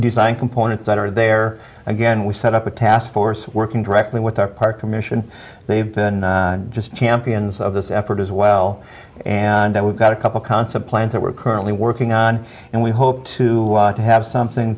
design components that are there again we set up a task force working directly with our park commission they've been just champions of this effort as well and we've got a couple concept plans that we're currently working on and we hope to have something